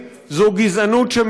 הבירה?